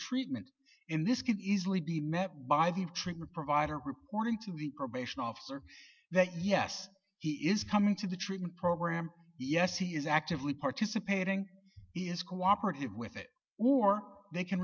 treatment in this can easily be met by the trigger provider reporting to the probation officer that yes he is coming to the treatment program yes he is actively participating is cooperative with it or they can